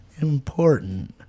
important